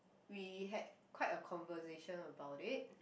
we had quite a conversation about it